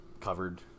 covered